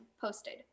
posted